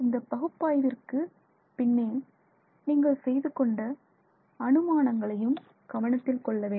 இந்த பகுப்பாய்விற்கு பின்னே நீங்கள் செய்துகொண்ட அனுமானங்களையும் கவனத்தில் கொள்ள வேண்டும்